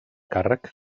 càrrec